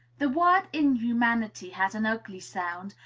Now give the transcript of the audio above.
the word inhumanity has an ugly sound,